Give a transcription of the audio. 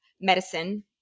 medicine